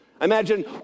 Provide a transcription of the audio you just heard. Imagine